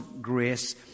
grace